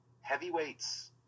heavyweights